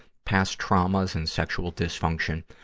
past traumas and sexual dysfunction,